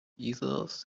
easels